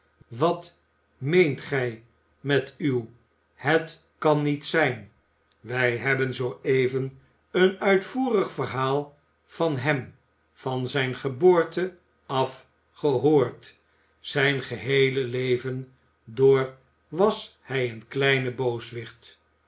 wat meent gij met uw het kan niet zijn wij hebben zoo even een uitvoerig verhaal van hem van zijne geboorte af gehoord zijn geheele leven door was hij een kleine booswicht